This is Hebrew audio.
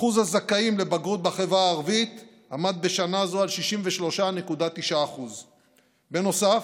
אחוז הזכאים לבגרות בחברה הערבית עמד בשנה זו על 63.9%. בנוסף,